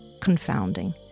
confounding